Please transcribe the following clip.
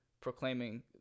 proclaiming